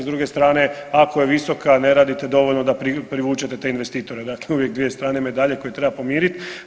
S druge strane ako je visok, a ne radite dovoljno da privučete te investitore, dakle uvijek dvije strane medalje koje treba pomirit.